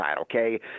okay